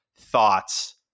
thoughts